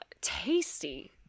Tasty